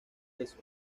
eso